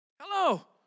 Hello